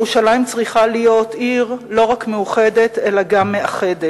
ירושלים צריכה להיות עיר לא רק מאוחדת אלא גם מאחדת.